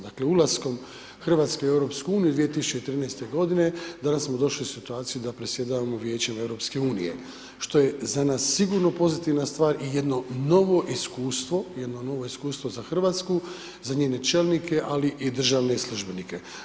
Dakle, ulaskom Hrvatske u EU 2013. godine danas smo došli u situaciju da predsjedavamo Vijećem EU što je za nas sigurno pozitivna stvar i jedno novo iskustvo, jedno novo iskustvo za Hrvatsku za njene čelnike, ali i državne službenike.